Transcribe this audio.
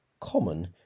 common